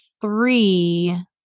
three